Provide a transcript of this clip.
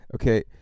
okay